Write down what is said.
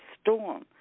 storm